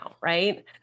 right